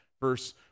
verse